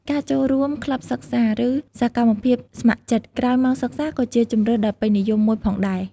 ការចូលរួម ក្លឹបសិក្សា ឬ សកម្មភាពស្ម័គ្រចិត្ត ក្រោយម៉ោងសិក្សាក៏ជាជម្រើសដ៏ពេញនិយមមួយផងដែរ។